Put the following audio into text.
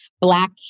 black